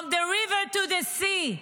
from the river to the sea?